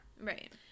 Right